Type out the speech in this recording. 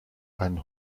einen